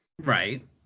Right